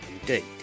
indeed